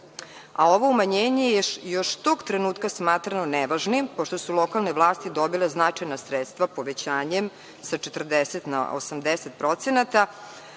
a ovo umanjenje je još tog trenutka smatrano nevažnim pošto su lokalne vlasti dobile značajna sredstva povećanjem sa 40% na 80% učešća